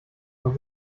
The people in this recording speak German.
und